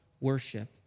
worship